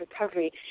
recovery